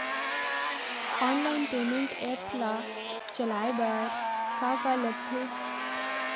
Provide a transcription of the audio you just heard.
Online payment apps ला चलाए बार का का लगथे?